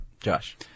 Josh